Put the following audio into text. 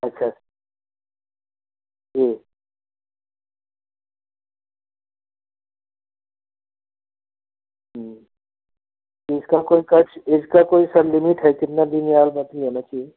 अच्छा ठीक तो इसका कोई कच इसका कोई सर लिमिट है कितना दिन इयार मंथली होना चाहिए